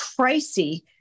pricey